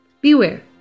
Beware